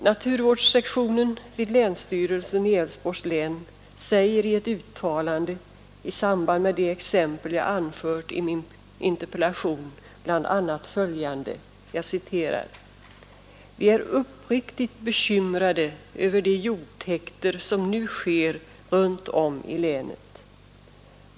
Naturvårdssektionen vid länsstyrelsen i Älvsborgs län säger i ett uttalande i samband med de exempel jag anfört i min interpellation bl.a. följande: ”Vi är uppriktigt bekymrade över de jordtäkter som nu sker runtom i länet.